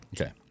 Okay